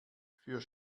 für